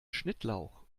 schnittlauch